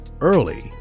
early